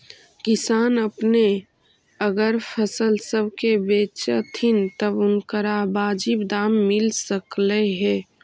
किसान अपने अगर फसल सब के बेचतथीन तब उनकरा बाजीब दाम मिल सकलई हे